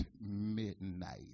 midnight